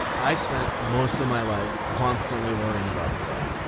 i spent most of my life constantly worrying about stuff.